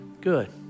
Good